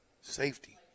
Safety